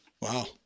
Wow